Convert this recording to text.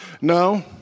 No